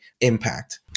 impact